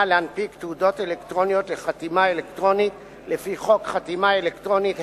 להנפיק תעודות אלקטרוניות לחתימה אלקטרונית לפי חוק חתימה אלקטרונית,